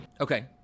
Okay